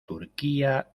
turquía